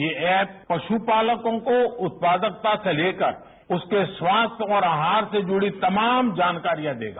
ये ऐप प्यूपालकों को उत्पादकता से लेकर उसके स्वास्थ्य और आसार से जुड़ी तमाम जानवास्वादेगा